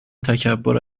تکبر